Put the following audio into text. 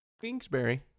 Kingsbury